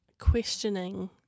questioning